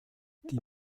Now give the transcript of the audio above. die